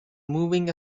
moving